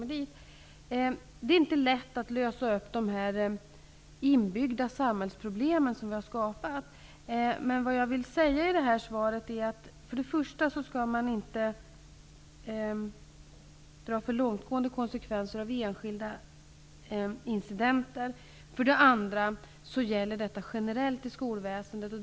Det är inte lätt att lösa upp dessa inbyggda samhällsproblem. Men -- för det första -- man skall inte dra för långtgående slutsatser av enskilda incidenter. För det andra gäller detta generellt i skolväsendet.